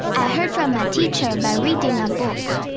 i heard from a teacher by reading a book.